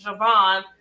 Javon